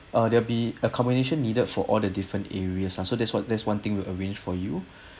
ah there'll be accommodation needed for all the different areas lah and so that's what that's one thing we'll arrange for you